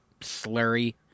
slurry